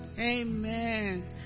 Amen